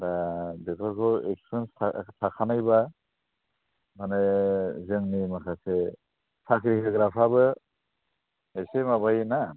दा बेफोरखौ इक्सफ्रियेन्स थाखानायबा मानि जोंनि माखासे साख्रि होग्राफ्राबो एसे माबायो ना